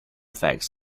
facts